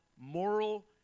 moral